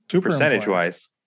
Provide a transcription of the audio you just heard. Percentage-wise